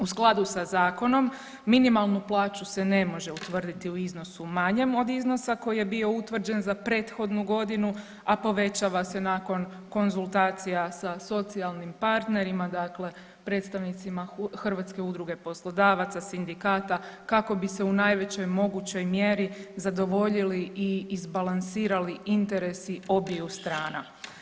U skladu sa zakonom minimalnu plaću se ne može utvrditi u iznosu manjem od iznosa koji je bio utvrđen za prethodnu godinu, a povećava se nakon konzultacija sa socijalnim partnerima dakle predstavnicima Hrvatske udruge poslodavaca, sindikata kako bi se u najvećoj mogućoj mjeri zadovoljili i izbalansirali interesi obiju strana.